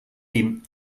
dem